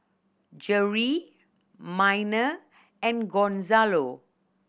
Jerri Miner and Gonzalo